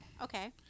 Okay